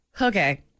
Okay